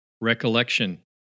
Recollection